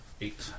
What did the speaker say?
Eight